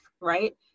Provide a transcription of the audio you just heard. Right